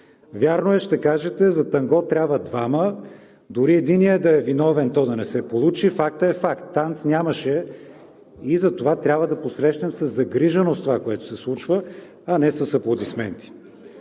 Вярно, ще кажете – за танго трябват двама. Дори и единият да е виновен то да не се получи, фактът е факт – танц нямаше, и затова трябва да посрещнем със загриженост това, което се случва, а не с аплодисменти.